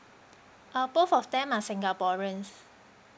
ah both of them are singaporeans